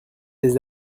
des